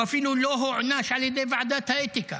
הוא אפילו לא הוענש על ידי ועדת האתיקה,